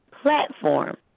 platform